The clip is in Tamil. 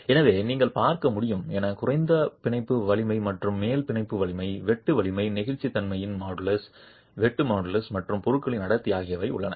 எனவே நீங்கள் பார்க்க முடியும் என குறைந்த பிணைப்பு வலிமை மற்றும் மேல் பிணைப்பு வலிமை வெட்டு வலிமை நெகிழ்ச்சித்தன்மையின் மாடுலஸ் வெட்டு மாடுலஸ் மற்றும் பொருளின் அடர்த்தி ஆகியவை உள்ளன